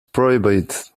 prohibited